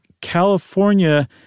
California